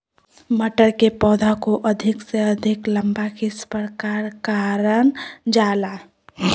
मटर के पौधा को अधिक से अधिक लंबा किस प्रकार कारण जाला?